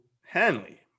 Hanley